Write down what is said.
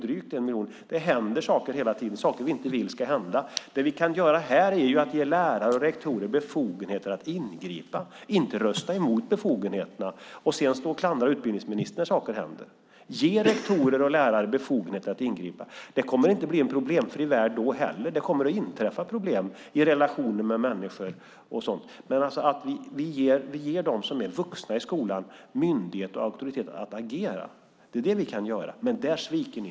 Det händer saker hela tiden, saker som vi inte vill ska hända. Det vi kan göra här är att ge lärare och rektorer befogenheter att ingripa. Man kan då inte rösta emot befogenheterna och sedan stå och klandra utbildningsministern när saker händer. Ge rektorer och lärare befogenheter att ingripa! Det kommer inte att bli en problemfri värld då heller. Det kommer att uppstå problem i relationer med människor och sådant. Men vi ger dem som är vuxna i skolan myndighet och auktoritet att agera. Det är det vi kan göra. Men där sviker ni.